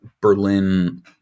Berlin